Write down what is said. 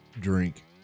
drink